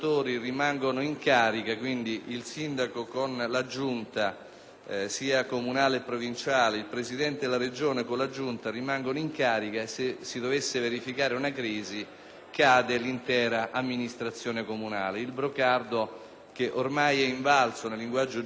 sia comunale che provinciale, ed il presidente della Regione, sempre con la sua Giunta, essi rimangono in carica, e se si dovesse verificare una crisi, cade l'intera amministrazione comunale. Il brocardo, che ormai è invalso nel linguaggio giuridico-giornalistico, è appunto *simul stabunt, simul cadent*.